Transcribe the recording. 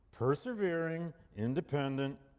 persevering, independent,